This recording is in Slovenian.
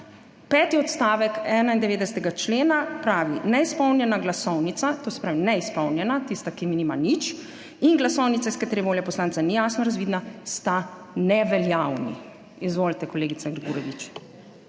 peti odstavek 91. člena pravi: »Neizpolnjena glasovnica,« to se pravi neizpolnjena, tista, ki mi nima nič, »in glasovnica, iz katere volja poslanca ni jasno razvidna, sta neveljavni.« Izvolite, kolegica Grgurevič.